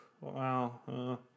wow